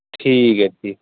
ਠੀਕ ਹੈ ਜੀ